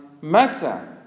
matter